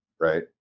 right